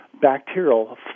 bacterial